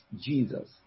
Jesus